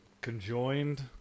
Conjoined